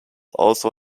also